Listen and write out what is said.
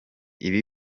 ibi